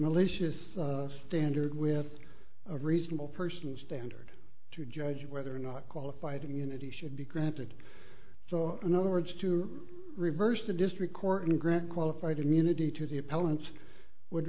malicious standard with a reasonable person standard to judge whether or not qualified immunity should be granted so in other words to reverse a district court and grant qualified immunity to the appellants would